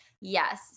yes